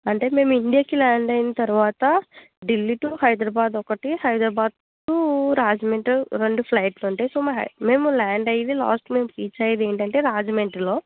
అంటే మేము ఇండియాకి ల్యాండ్ అయిన తరువాత ఢిల్లీ టు హైద్రాబాద్ ఒకటి హైద్రాబాద్ టు రాజమండ్రి రెండు ఫ్లైట్లు ఉంటాయి సో ల్యాండ్ అయ్యేది లాస్ట్ మేము రీచ్ అయ్యేది ఏంటంటే రాజమండ్రిలో